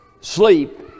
sleep